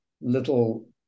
little